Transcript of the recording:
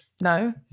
no